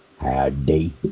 Howdy